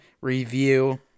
review